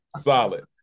Solid